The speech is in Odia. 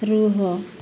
ରୁହ